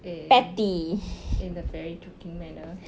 eh in a very joking manner